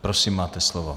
Prosím, máte slovo.